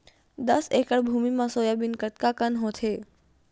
दस एकड़ भुमि म सोयाबीन कतका कन होथे?